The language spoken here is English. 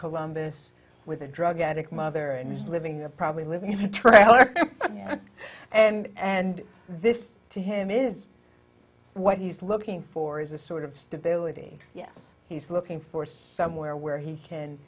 columbus with a drug addict mother and he's living there probably living high turnover and and this to him is what he's looking for is a sort of stability yes he's looking for somewhere where he